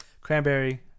Cranberry